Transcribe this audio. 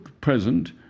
present